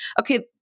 okay